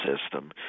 system